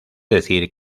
decir